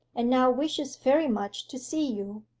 and now wishes very much to see you.